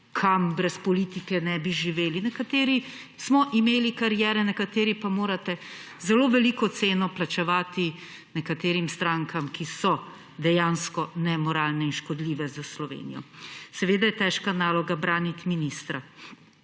kam, brez politike ne bi živeli. Nekateri smo imeli kariere, nekateri pa morate zelo veliko ceno plačevati nekaterim strankam, ki so dejansko nemoralne in škodljive za Slovenijo. Seveda je težka naloga braniti ministra.